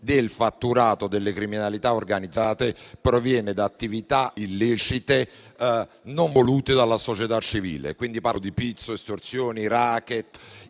del fatturato delle criminalità organizzate proviene da attività illecite non volute dalla società civile (pizzo, estorsioni e *racket*),